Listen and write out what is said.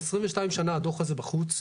22 שנה הדוח הזה בחוץ,